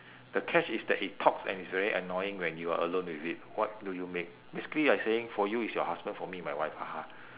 the catch is that it talks and it's very annoying when you are alone with it what do you make basically like saying for you it's your husband for me my wife haha